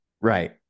Right